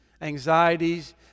anxieties